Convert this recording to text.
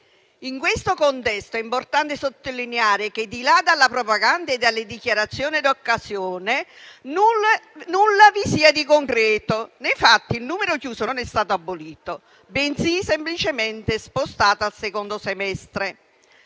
In questo contesto è importante sottolineare che, al di là della propaganda e delle dichiarazioni d'occasione, nulla vi sia di concreto. Nei fatti, il numero chiuso non è stato abolito, bensì semplicemente spostato al secondo semestre.